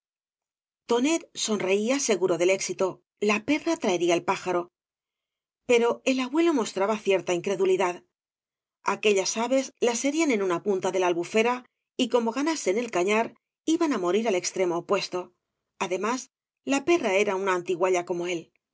tonet sonreía seguro del éxito la perra traería el pájaro pero el abuelo mostraba cierta in credulidad aquellas aves las herían en una punta de la albufera y como ganasen el cañar iban á morir al extremo opuesto además la perra era una antigualla como él